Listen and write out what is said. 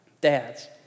dads